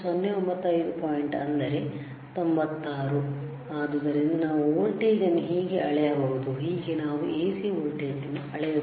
095 point ಅಂದರೆ 96 ಆದ್ದರಿಂದ ನಾವು ವೋಲ್ಟೇಜ್ ಅನ್ನು ಹೀಗೆ ಅಳೆಯಬಹುದು ಹೀಗೆ ನಾವು AC ವೋಲ್ಟೇಜ್ ಅನ್ನು ಅಳೆಯುತ್ತೇವೆ